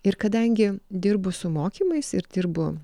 ir kadangi dirbu su mokymais ir dirbu